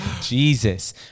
Jesus